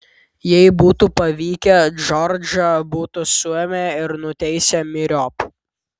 jei būtų pavykę džordžą būtų suėmę ir nuteisę myriop